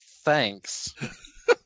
Thanks